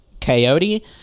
coyote